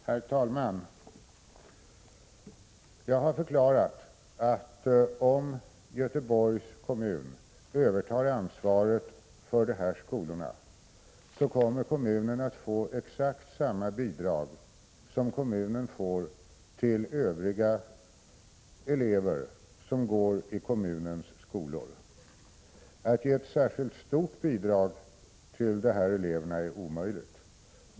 Herr talman! Jag har förklarat, att om Göteborgs kommun övertar ansvaret för de här skolorna, kommer kommunen att få exakt samma bidrag som kommunen får till övriga elever som går i kommunens skolor. Att ge ett särskilt stort bidrag till de här eleverna är omöjligt.